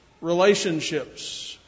relationships